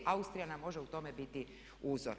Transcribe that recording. Austrija nam može u tome biti uzor.